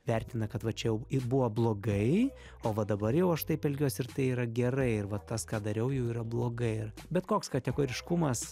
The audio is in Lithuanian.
vertina kad va čia jau buvo blogai o va dabar jau aš taip elgiuosi ir tai yra gerai ir va tas ką dariau jau yra blogai ar bet koks kategoriškumas